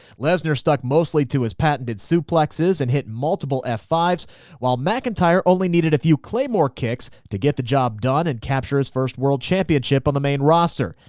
lesnar stuck mostly to his patent suplexes and hit multiple f five s while mcintyre only needed a few claymore kicks to get the job done and capture his first world championship on the main roster.